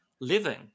living